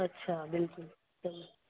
अच्छा बिल्कुल